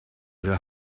ihre